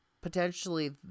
potentially